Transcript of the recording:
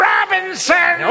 Robinson